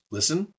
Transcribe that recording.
Listen